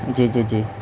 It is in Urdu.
جی جی جی